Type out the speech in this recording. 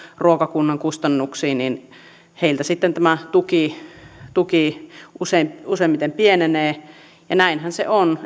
ruokakunnan kustannuksiin tämä tuki useimmiten pienenee ja näinhän se on